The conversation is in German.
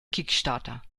kickstarter